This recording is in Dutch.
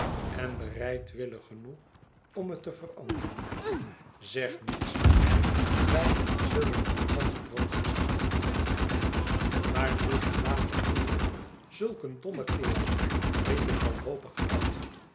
en bereidwillig genoeg om net te veranderen zeg niets meer wij zullen elkander nooit verstaan maar zulk een lage kerel zulk een domme kerell riep ik wanhopig uit